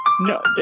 No